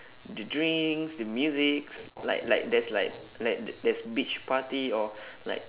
the drinks the musics like like there's like like th~ there's beach party or like